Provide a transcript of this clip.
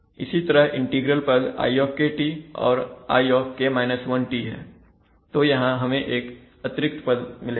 इसी तरह इंटीग्रल पद i और iT है तो यहां हमें एक अतिरिक्त पद मिलेगा